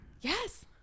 Yes